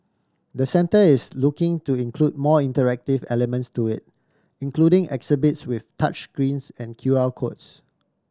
the centre is looking to include more interactive elements to it including exhibits with touch greens and Q R codes